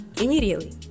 Immediately